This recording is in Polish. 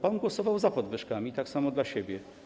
Pan głosował za podwyżkami, tak samo dla siebie.